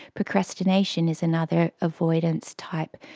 procrastination is another avoidance type.